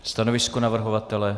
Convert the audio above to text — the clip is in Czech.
Stanovisko navrhovatele?